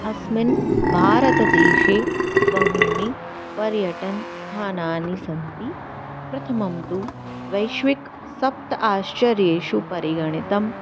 अस्मिन् भारतदेशे बहूनि पर्यटनस्थानानि सन्ति प्रथमं तु वैश्विकसप्त आश्चर्येषु परिगणितं